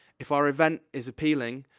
if our event is appealing,